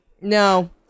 No